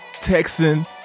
Texan